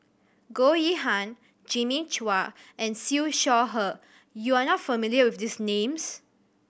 Goh Yihan Jimmy Chua and Siew Shaw Her you are not familiar with these names